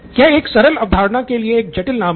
यह एक सरल अवधारणा के लिए एक जटिल नाम है